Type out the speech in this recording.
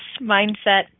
mindset